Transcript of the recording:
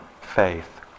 faith